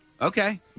Okay